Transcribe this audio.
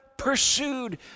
pursued